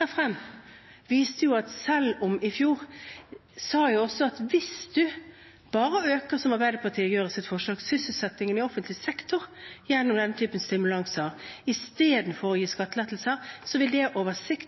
la frem i fjor, viste at hvis man bare øker – som Arbeiderpartiet gjør i sitt forslag – sysselsettingen i offentlig sektor, gjennom den typen stimulanser, istedenfor å gi skattelettelser, vil det